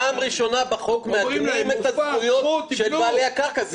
פעם ראשונה בחוק מעגנים את הזכויות של בעלי הקרקע,